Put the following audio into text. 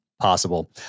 possible